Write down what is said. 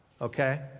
Okay